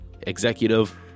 executive